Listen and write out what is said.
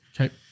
Okay